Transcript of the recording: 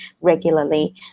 regularly